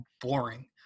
boring